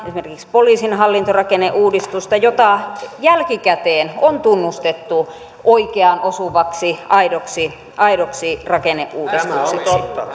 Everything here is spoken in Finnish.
poliisin hallintorakenneuudistusta joka jälkikäteen on tunnustettu oikeaan osuvaksi aidoksi aidoksi rakenneuudistukseksi